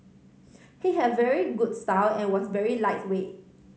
he had a very good style and was very lightweight